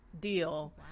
deal